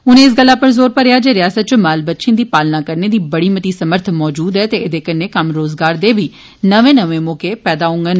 उनें इस गल्ला पर जोर भरेया जे रियासत च माल बच्छे दी पालना करने दी बड़ी मती समर्थ मौजूद ऐ ते एदे कन्नै कम्म रोजगार दे बी नमें नमें मौके पैदा होगंन